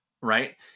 right